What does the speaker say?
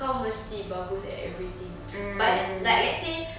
kau mesti bagus at everything but like let's say